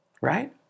right